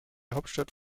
hauptstadt